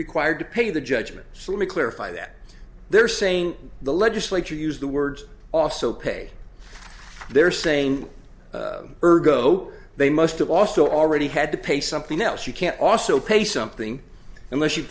required to pay the judgment for me clarify that they're saying the legislature use the words also pay their saying ergo they must have also already had to pay something else you can't also pay something unless you